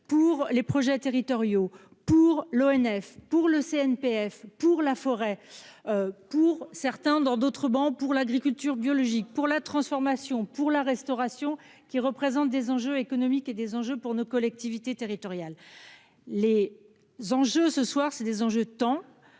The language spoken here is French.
pour les projets territoriaux pour l'ONF pour le CNPF pour la forêt pour certains dans d'autres bancs pour l'agriculture biologique pour la transformation pour la restauration, qui représentent des enjeux économiques et des enjeux pour nos collectivités territoriales, les enjeux, ce soir, c'est des enjeux tant